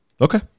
Okay